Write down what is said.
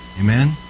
Amen